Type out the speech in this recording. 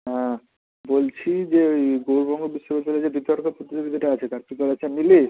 হ্যাঁ বলছি যে ওই গৌরবঙ্গ বিশ্ববিদ্যালয়ে যে বিতর্ক প্রতিযোগিতাটা আছে তার প্রিপারেশান নিলি